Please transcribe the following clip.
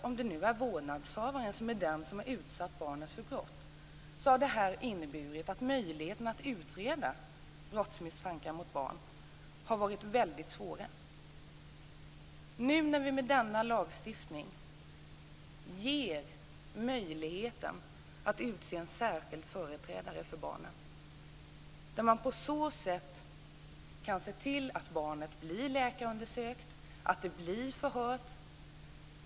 Om det nu är vårdnadshavaren som har utsatt barnet för brott har det här inneburit att möjligheterna att utreda misstankar om brott mot barn varit väldigt små. Det har alltså varit svårt. Med denna lagstiftning ger vi nu möjlighet att utse en särskild företrädare för barnet. På så sätt kan man se till att barnet blir läkarundersökt och att det blir förhört.